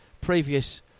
previous